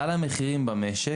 סלי המחירים במשק,